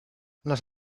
les